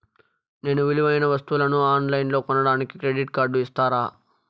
నేను విలువైన వస్తువులను ఆన్ లైన్లో కొనడానికి క్రెడిట్ కార్డు ఇస్తారా?